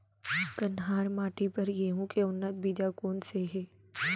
कन्हार माटी बर गेहूँ के उन्नत बीजा कोन से हे?